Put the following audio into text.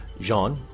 Jean